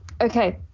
Okay